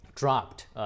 Dropped